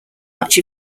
much